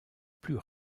plus